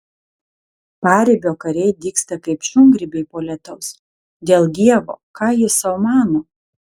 paribio kariai dygsta kaip šungrybiai po lietaus dėl dievo ką jis sau mano